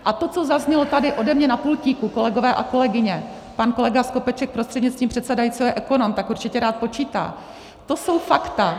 A to, co zaznělo tady ode mě na pultíku, kolegové a kolegyně, pan kolega Skopeček prostřednictvím předsedajícího je ekonom, tak určitě rád počítá, to jsou fakta.